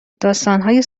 داستانهای